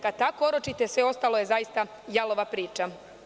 Kad tako oročite, sve ostalo je zaista jalova priča.